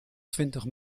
twintig